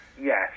Yes